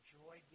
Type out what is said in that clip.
joy